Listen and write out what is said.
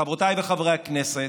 חברותיי וחברי הכנסת,